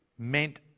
meant